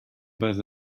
bas